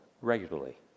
regularly